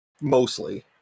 Mostly